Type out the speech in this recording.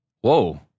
Whoa